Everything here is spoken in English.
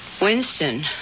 Winston